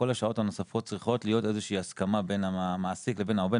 כל השעות הנוספות צריכות להיות איזה שהיא הסכמה בין המעסיק לבין העובד,